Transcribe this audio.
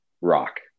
rock